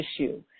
issue